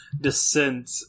descent